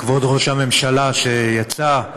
כבוד ראש הממשלה שיצא,